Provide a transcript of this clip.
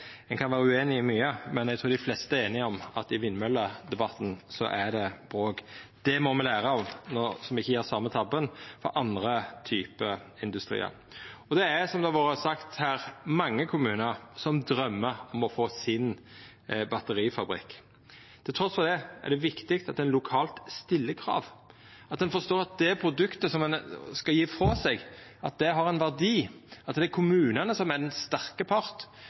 Ein kan vera ueinig i mykje, men eg trur dei fleste er einige om at i vindmølledebatten er det bråk. Det må me læra av så me ikkje gjer same tabben for andre typar industriar. Det er, som det har vore sagt her, mange kommunar som drøymer om å få sin eigen batterifabrikk. Trass i det er det viktig at ein lokalt stiller krav, at ein forstår at det produktet som ein skal gi frå seg, har ein verdi, at det er kommunane som er den sterke